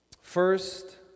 First